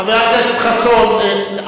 חבר הכנסת חסון,